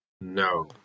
No